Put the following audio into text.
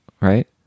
right